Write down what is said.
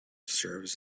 serves